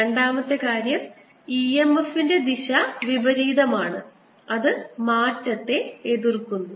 രണ്ടാമത്തെ കാര്യം e m f ന്റെ ദിശ വിപരീതമാണ് അത് മാറ്റത്തെ എതിർക്കുന്നു